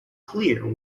clear